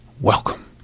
Welcome